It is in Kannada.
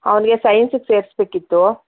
ಅವ್ನಿಗೆ ಸೈನ್ಸಿಗೆ ಸೇರಿಸ್ಬೇಕಿತ್ತು